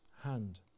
hand